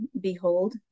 Behold